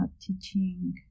teaching